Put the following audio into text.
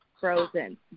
frozen